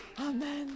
Amen